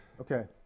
Okay